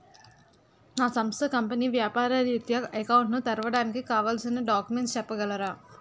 నా సంస్థ కంపెనీ వ్యాపార రిత్య అకౌంట్ ను తెరవడానికి కావాల్సిన డాక్యుమెంట్స్ చెప్పగలరా?